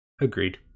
Agreed